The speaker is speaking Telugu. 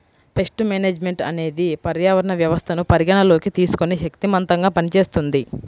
పేస్ట్ మేనేజ్మెంట్ అనేది పర్యావరణ వ్యవస్థను పరిగణలోకి తీసుకొని శక్తిమంతంగా పనిచేస్తుంది